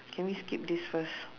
can we skip this first